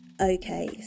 okay